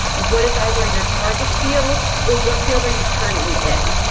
what is either your target field, or what field are you currently in?